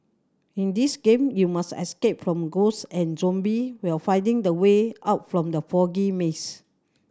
in this game you must escape from ghosts and zombie while finding the way out from the foggy maze